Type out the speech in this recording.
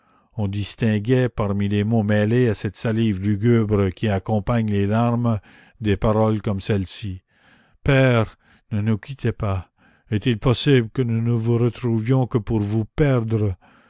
on distinguait parmi les mots mêlés à cette salive lugubre qui accompagne les larmes des paroles comme celles-ci père ne nous quittez pas est-il possible que nous ne vous retrouvions que pour vous